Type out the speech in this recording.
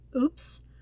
Oops